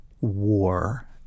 war